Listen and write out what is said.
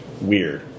Weird